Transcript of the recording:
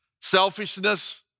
selfishness